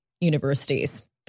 universities